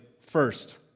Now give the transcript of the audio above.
First